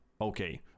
okay